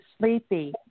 sleepy